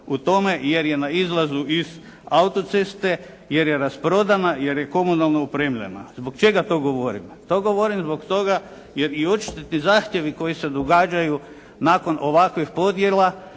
u tome jer je na izlazu iz autoceste, jer je rasprodana, jer je komunalno opremljena. Zbog čega to govorim? To govorim zbog toga jer i odštetni zahtjevi koji se događaju nakon ovakvih podjela,